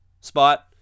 spot